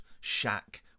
shack